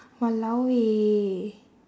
!walao! eh